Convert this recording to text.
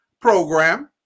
program